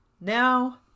Now